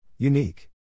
Unique